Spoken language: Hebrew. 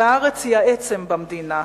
והארץ היא העצם במדינה,